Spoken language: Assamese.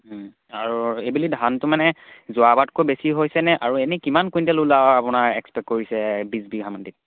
আৰু এইবেলি ধানটো মানে যোৱাবাৰতকৈ বেছি হৈছেনে আৰু এনেই কিমান কুইণ্টেল ওলায় আপোনাৰ এক্সপেক্ট কৰিছে বিছ বিঘা মাটিত